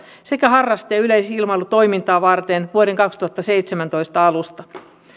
sekä harraste ja yleisilmailutoimintaa varten vuoden kaksituhattaseitsemäntoista alusta